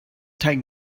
dein